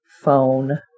phone